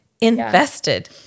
invested